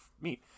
meat